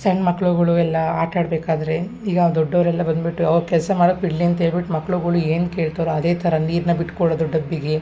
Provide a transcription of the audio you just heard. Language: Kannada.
ಸಣ್ಣ ಮಕ್ಳುಗಳು ಎಲ್ಲ ಆಟಾಡ್ಬೇಕಾದರೆ ಈಗ ದೊಡ್ಡೋರು ಎಲ್ಲ ಬಂದುಬಿಟ್ಟು ಅವ್ರ ಕೆಲಸ ಮಾಡಕ್ಕೆ ಬಿಡಲಿ ಅಂತ ಹೇಳ್ಬಿಟ್ ಮಕ್ಳುಗಳು ಏನು ಕೇಳ್ತಾರೋ ಅದೇ ಥರ ನೀರನ್ನ ಬಿಟ್ಟುಕೊಡೋದು ಡಬ್ಬಿಗೆ